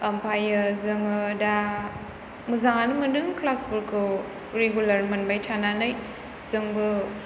ओमफ्रायो जोङो दा मोजाङानो मोन्दों क्लास फोरखौ रिगुलार मोनबाय थानानै जोंबो